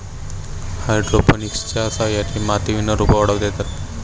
हायड्रोपोनिक्सच्या सहाय्याने मातीविना रोपं वाढवता येतात